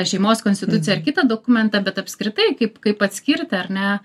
šeimos konstituciją ar kitą dokumentą bet apskritai kaip kaip atskirti ar ne